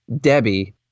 Debbie